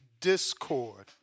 Discord